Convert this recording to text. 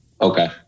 Okay